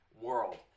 world